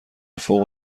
فوق